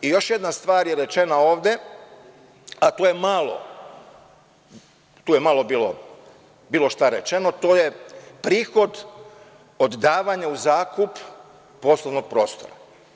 I još jedna stvar je rečena ovde, a tu je malo bilo šta rečeno, to je prihod od davanja u zakup poslovnog prostora.